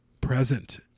present